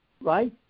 right